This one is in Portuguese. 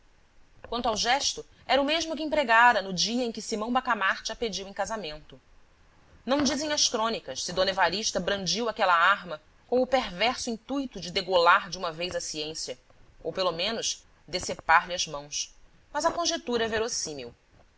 quanto ao gesto era o mesmo que empregara no dia em que simão bacamarte a pediu em casamento não dizem as crônicas se d evarista brandiu aquela arma com o perverso intuito de degolar de uma vez a ciência ou pelo menos decepar lhe as mãos mas a conjetura é verossímil